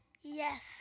Yes